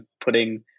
putting